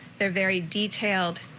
they're very detailed,